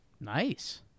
Nice